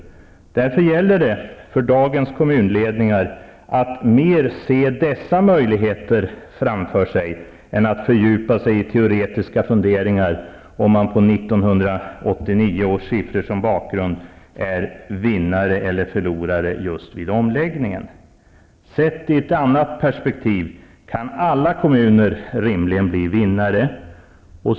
Därför gäller det för dagens kommunledningar att mer se dessa möjligheter framför sig än att fördjupa sig i teoretiska funderingar på om man med 1989 års siffror som bakgrund är vinnare eller förlorare just vid omläggningen. Sett i ett annat perspektiv kan alla kommuner rimligen bli vinnare.